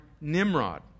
Nimrod